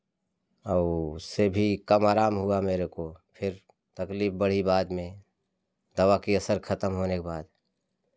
औ उससे भी कम आराम हुआ मेरे को फिर तकलीफ़ बढ़ी बाद में दवा की असर ख़त्म होने क बाद